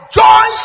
joy